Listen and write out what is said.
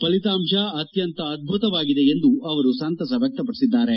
ಫಲಿತಾಂಶ ಅತ್ಯಂತ ಅಧ್ಲುತವಾಗಿದೆ ಎಂದು ಅವರು ಸಂತಸ ವ್ಯಕ್ತಪಡಿಸಿದ್ದಾರೆ